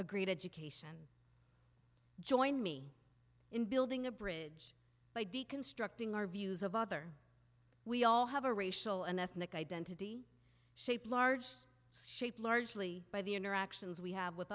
a great education join me in building a bridge by deconstructing our views of other we all have a racial and ethnic identity shaped large shaped largely by the interactions we have with